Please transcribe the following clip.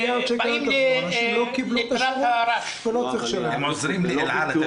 --- הם עוזרים לאל-על.